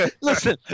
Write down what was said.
Listen